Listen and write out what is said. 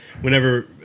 whenever